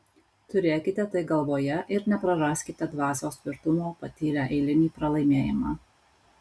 turėkite tai galvoje ir nepraraskite dvasios tvirtumo patyrę eilinį pralaimėjimą